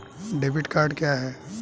Debit card क्या है?